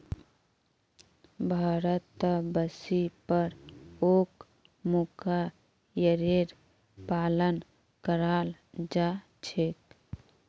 भारतत बेसी पर ओक मूंगा एरीर पालन कराल जा छेक